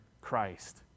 Christ